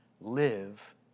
live